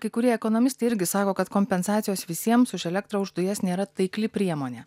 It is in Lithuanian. kai kurie ekonomistai irgi sako kad kompensacijos visiems už elektrą už dujas nėra taikli priemonė